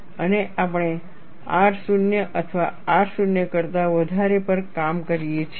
અને આપણે R 0 અથવા R 0 કરતા વધારે પર કામ કરીએ છીએ